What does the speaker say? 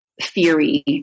theory